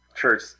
church